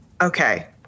Okay